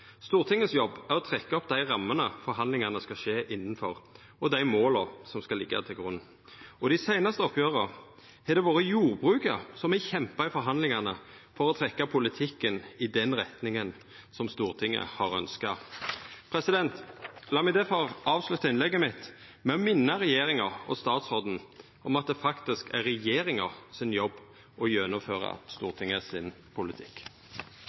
Stortingets jobb er å trekkja opp rammene forhandlingane skal skje innanfor, og dei måla som skal liggja til grunn. I dei seinaste oppgjera har det vore jordbruket som har kjempa i forhandlingane for å trekkja politikken i den retninga som Stortinget har ønskt. La meg difor avslutta innlegget mitt med å minna regjeringa og statsråden om at det faktisk er regjeringa sin jobb å gjennomføra Stortingets politikk.